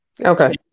Okay